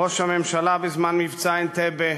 ראש הממשלה בזמן מבצע אנטבה,